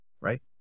right